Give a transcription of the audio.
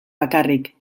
bakarrik